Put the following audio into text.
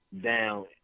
down